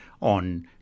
on